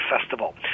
Festival